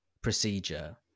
procedure